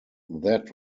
that